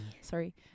Sorry